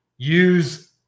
Use